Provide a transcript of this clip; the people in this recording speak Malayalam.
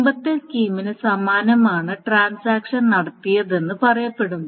മുമ്പത്തെ സ്കീമിന് സമാനമാണ് ട്രാൻസാക്ഷൻ നടത്തിയതെന്ന് പറയപ്പെടുന്നു